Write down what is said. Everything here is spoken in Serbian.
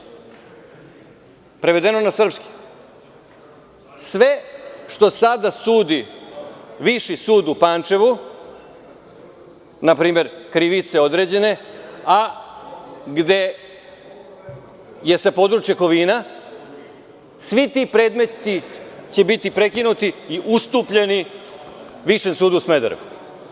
Prevedeno na srpski – sve što sada sudi Viši sud u Pančevu, na primer, krivice određene, a gde je sa područja Kovina, svi ti predmeti će biti prekinuti i ustupljeni Višem sudu u Smederevu.